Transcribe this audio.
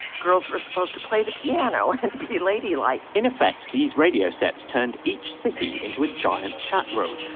girls were supposed to play the piano and be ladylike in effect these radio sets turned each city into a giant chat room.